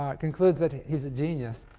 um concludes that he's a genius.